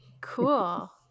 Cool